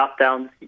shutdowns